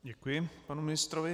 Děkuji panu ministrovi.